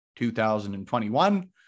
2021